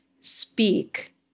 speak